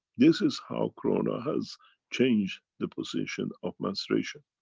this is how corona has changed the position of menstruation.